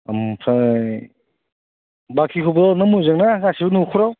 ओमफ्राय बाखिखौबो मोजांना गासिबो न'खराव